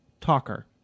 talker